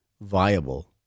viable